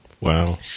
Wow